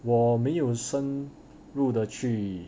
我没有深入的去